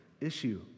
issue